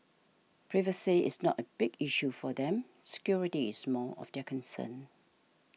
privacy is not a big issue for them security is more of their concern